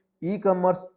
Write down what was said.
e-commerce